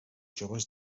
joves